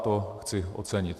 A to chci ocenit.